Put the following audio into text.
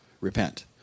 Repent